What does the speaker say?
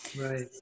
Right